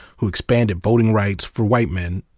who expanded voting rights for white men,